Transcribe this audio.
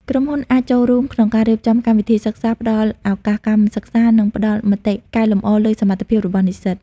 ក្រុមហ៊ុនអាចចូលរួមក្នុងការរៀបចំកម្មវិធីសិក្សា ផ្តល់ឱកាសកម្មសិក្សា និងផ្តល់មតិកែលម្អលើសមត្ថភាពរបស់និស្សិត។